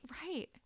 right